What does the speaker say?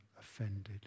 offended